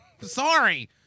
Sorry